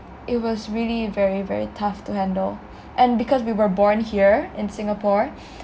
it was really very very tough to handle and because we were born here in singapore